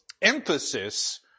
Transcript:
emphasis